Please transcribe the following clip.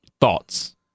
Thoughts